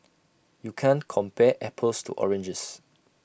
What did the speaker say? you can't compare apples to oranges